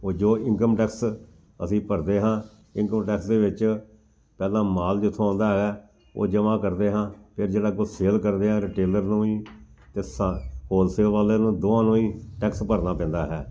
ਉਹ ਜੋ income tax ਅਸੀਂ ਭਰਦੇ ਹਾਂ ਇਨਕਮ ਟੈਕਸ ਦੇ ਵਿੱਚ ਪਹਿਲਾਂ ਮਾਲ ਜਿੱਥੋਂ ਆਉਂਦਾ ਹੈ ਉਹ ਜਮਾਂ ਕਰਦੇ ਹਾਂ ਫਿਰ ਜਿਹੜਾ ਕੁਝ ਸੇਲ ਕਰਦੇ ਹਾਂ ਰਿਟੇਲਰ ਨੂੰ ਵੀ ਅਤੇ ਸਾ ਪੋਲਸੀ ਵਾਲਿਆਂ ਨੂੰ ਦੋਵਾਂ ਨੂੰ ਹੀ ਟੈਕਸ ਭਰਨਾ ਪੈਂਦਾ ਹੈ